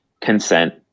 consent